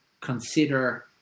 consider